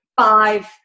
five